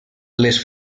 les